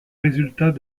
résultats